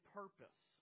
purpose